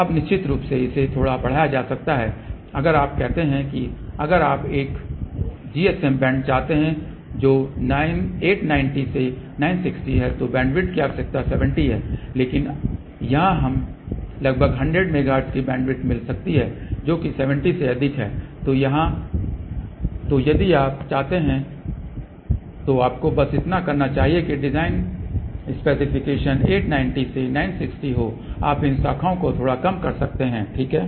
अब निश्चित रूप से इसे थोड़ा बढ़ाया जा सकता है अगर आप कहते हैं कि अगर आप एक GSM बैंड चाहते हैं जो 890 से 960 है तो बैंडविड्थ की आवश्यकता 70 है लेकिन यहां हमें लगभग 100 मेगाहर्ट्ज की बैंडविड्थ मिल सकती है जो कि 70 से अधिक है तो यदि आप चाहते हैं तो आपको बस इतना करना चाहिए कि डिजाइन स्पेसिफिकेशन 890 से 960 हो आप इन शाखाओं को थोड़ा कम कर सकते हैं ठीक है